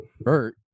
Bert